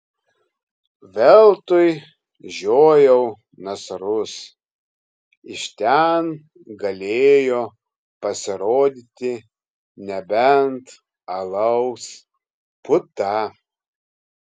veltui žiojau nasrus iš ten galėjo pasirodyti nebent alaus puta